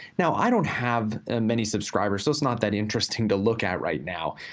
now, i don't have many subscribers, so it's not that interesting to look at right now.